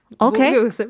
Okay